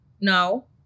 No